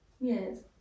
Yes